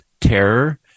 terror